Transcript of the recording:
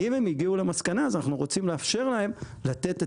אם הם הגיעו למסקנה אז אנחנו רוצים לאפשר להם לתת את